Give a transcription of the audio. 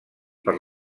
per